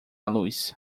luz